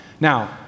Now